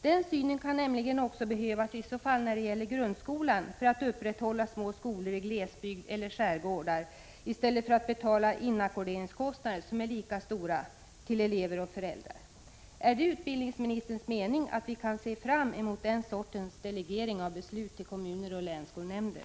Denna syn kan nämligen också behövas när det gäller grundskolan för att man skall kunna upprätthålla verksamhet i små skolor i glesbygden eller i skärgården i stället för att betala inackorderingskostnader till elever och föräldrar, vilket blir lika dyrt. Är det utbildningsministerns mening att vi kan se fram mot den sortens delegering av beslut i kommuner och länsskolnämnder?